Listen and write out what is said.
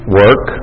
work